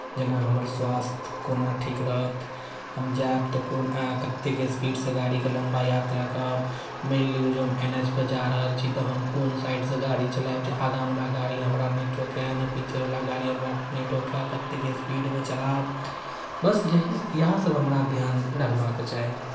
जेना हमर स्वास्थ्य कोना ठीक रहत हम जायब तऽ कोन कतेक स्पीडसँ गाड़ीके लम्बा यात्राके मानि लियौ जे हम एन एच पर जा रहल छी तहन कोन साइडसँ गाड़ी चलायब जे आगाँवला गाड़ी हमरा नहि ठोकय ने पीछेवला गाड़ी हमरा नहि ठोकय कतेक स्पीडमे चलायब बस यही इएहसभ हमरा ध्यान रखबाक चाही